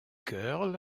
girl